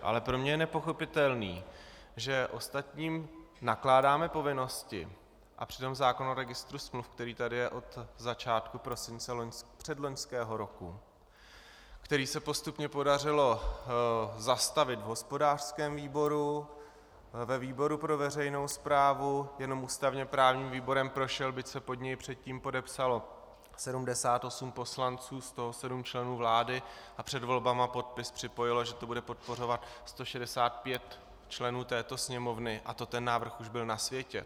Ale pro mě je nepochopitelné, že ostatním nakládáme povinnosti a přitom zákon o registru smluv, který tady je od začátku prosince předloňského roku, který se postupně podařilo zastavit v hospodářském výboru, ve výboru pro veřejnou správu, jenom ústavněprávním výborem prošel, byť se pod něj předtím podepsalo 78 poslanců, z toho 7 členů vlády, a před volbami podpis připojilo, že to bude podporovat, 165 členů této Sněmovny a to ten návrh už byl na světě...